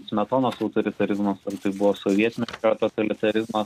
smetonos autoritarizmas ar tai buvo sovietmečio totalitarizmas